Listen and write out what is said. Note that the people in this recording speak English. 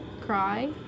Cry